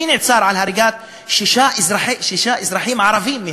מי נעצר על הריגת שישה אזרחים ערבים?